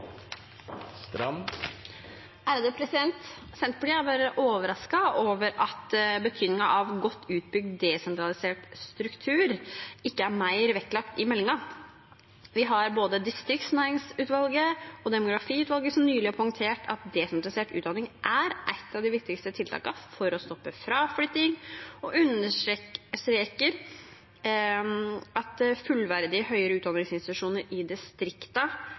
mer vektlagt i meldingen. Vi har både distriktsnæringsutvalget og demografiutvalget som nylig har poengtert at desentralisert utdanning er et av de viktigste tiltakene for å stoppe fraflytting, og understreker at fullverdig høyere utdanningsinstitusjoner i